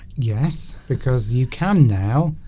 yes because you can now